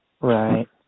Right